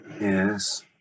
Yes